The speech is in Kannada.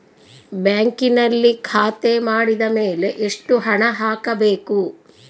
ಬ್ಯಾಂಕಿನಲ್ಲಿ ಖಾತೆ ಮಾಡಿದ ಮೇಲೆ ಎಷ್ಟು ಹಣ ಹಾಕಬೇಕು?